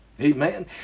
amen